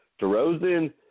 DeRozan –